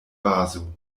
bazo